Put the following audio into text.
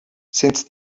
since